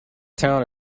town